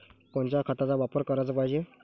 कोनच्या खताचा वापर कराच पायजे?